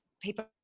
people